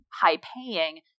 high-paying